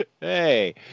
Hey